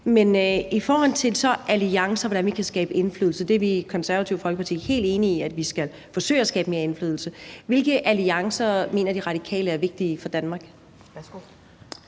Men så i forhold til alliancer og hvordan vi kan få indflydelse – og vi er i Det Konservative Folkeparti helt enige i, at vi skal forsøge at få mere indflydelse – hvilke alliancer mener Radikale Venstre er vigtige for Danmark?